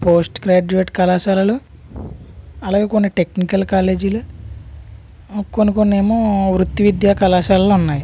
post graduate కళాశాలలు అలాగే కొన్ని టెక్నికల్ కాలేజీలు కొన్ని కొన్నేమో వృత్తి విద్యా కళాశాలలు ఉన్నాయి